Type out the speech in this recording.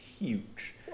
huge